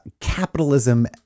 capitalism